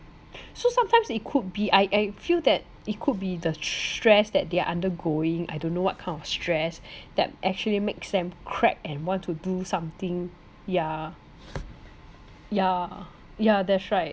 so sometimes it could be I I feel that it could be the stress that they are undergoing I don't know what kind of stress that actually makes them crack and want to do something ya ya ya that's right